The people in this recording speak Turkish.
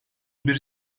bir